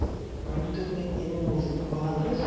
تہٕ وۄنۍ کٔر مےٚ امے موٗجوٗب کال حظ